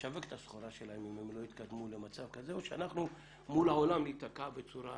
לשווק את הסחורה שלהם אם הם לא יתקדמו או שאנחנו מול העולם ניתקע בצורה